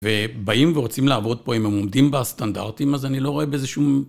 ובאים ורוצים לעבוד פה, אם הם עומדים בסטנדרטים, אז אני לא רואה באיזה שום...